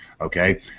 okay